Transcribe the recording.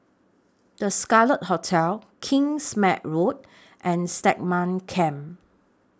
The Scarlet Hotel Kingsmead Road and Stagmont Camp